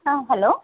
ஆ hello